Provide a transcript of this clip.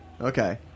Okay